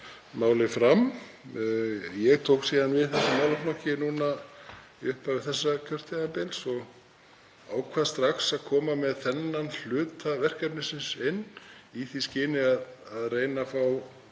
því fram. Ég tók síðan við þessum málaflokki í upphafi þessa kjörtímabils og ákvað strax að koma með þennan hluta verkefnisins inn í því skyni að reyna að fá